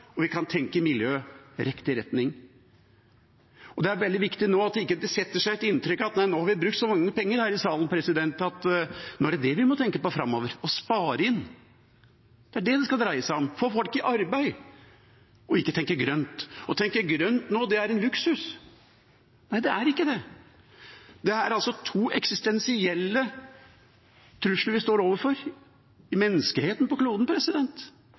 og vi kan tenke miljø – riktig retning. Det er veldig viktig at det nå ikke setter seg et inntrykk av at vi har brukt så mye penger her i salen at det er det vi må tenke på framover, å spare inn, at det er det det skal dreie seg om, å få folk i arbeid, ikke tenke grønt at å tenke grønt nå er luksus. Nei, det er ikke det. Det er altså to eksistensielle trusler vi står overfor i menneskeheten, på kloden.